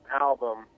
album